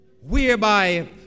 Whereby